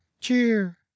cheer